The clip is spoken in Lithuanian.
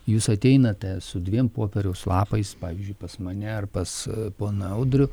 jūs ateinate su dviem popieriaus lapais pavyzdžiui pas mane ar pas poną audrių